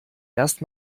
erst